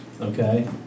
Okay